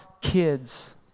kids